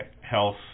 health